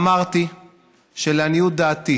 אמרתי שלעניות דעתי